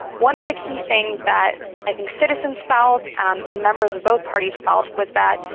one of the key things that i think citizens felt um and members of both parties felt was that,